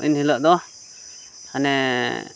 ᱮᱱ ᱦᱤᱞᱳᱜ ᱫᱚ ᱦᱟᱱᱮ